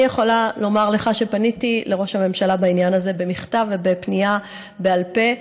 אני יכולה לומר לך שפניתי לראש הממשלה בעניין הזה במכתב ובפנייה בעל פה,